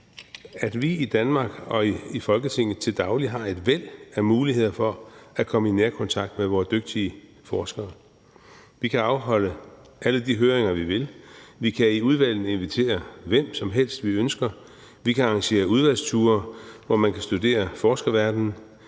at vi i Danmark og i Folketinget til daglig har et væld af muligheder for at komme i nærkontakt med vores dygtige forskere. Vi kan afholde alle de høringer, vi vil; vi kan i udvalgene invitere hvem som helst, vi ønsker; vi kan arrangere udvalgsture, hvor man kan studere forskerverdenen;